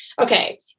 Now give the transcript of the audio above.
okay